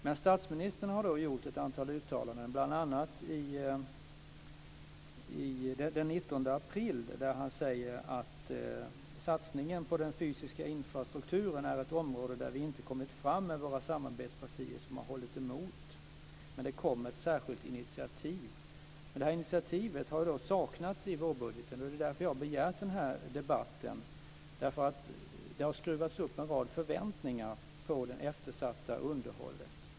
Men statsministern har gjort ett antal uttalanden, bl.a. den 19 april, där han säger: Satsningen på den fysiska infrastrukturen är ett område där vi inte kommit fram med våra samarbetspartier, som har hållit emot. Men det kommer ett särskilt initiativ. Det här initiativet har saknats i vårbudgeten, och därför har jag begärt den här debatten. Det har skruvats upp en rad förväntningar på det eftersatta underhållet.